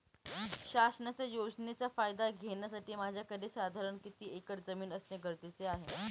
शासनाच्या योजनेचा फायदा घेण्यासाठी माझ्याकडे साधारण किती एकर जमीन असणे गरजेचे आहे?